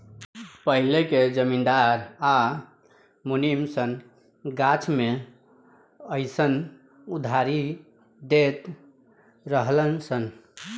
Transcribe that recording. पहिले के जमींदार आ मुनीम सन गाछ मे अयीसन उधारी देत रहलन सन